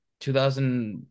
2000